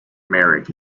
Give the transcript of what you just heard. merrick